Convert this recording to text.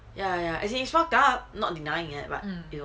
ya ya as in it's fucked up not denying it but you know